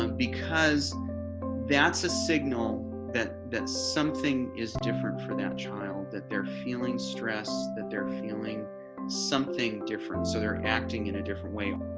um because that's a signal that that something is different for that child that they're feeling stressed that they're feeling something different so they're acting in a different way.